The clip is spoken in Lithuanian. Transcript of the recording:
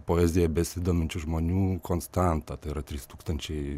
poezija besidominčių žmonių konstanta tai yra trys tūkstančiai